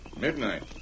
midnight